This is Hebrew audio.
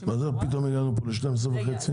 אז איך הגענו פה פתאום ל-12.5?